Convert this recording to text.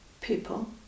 people